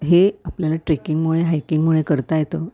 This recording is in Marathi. हे आपल्याला ट्रेकिंगमुळे हायकिंगमुळे करता येतं